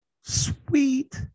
Sweet